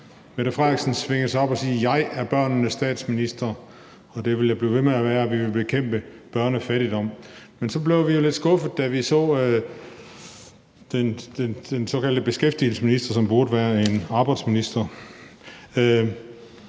Statsministeren svingede sig op og sagde: Jeg er børnenes statsminister, og det vil jeg blive ved med at være; vi vil bekæmpe børnefattigdom. Men så blev vi jo lidt skuffet, da vi så den såkaldte beskæftigelsesminister, som burde være en arbejdsminister.